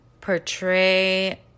portray